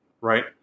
right